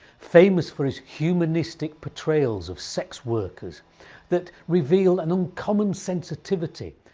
famous for his humanistic portrayals of sex workers that reveal an uncommon sensitivity,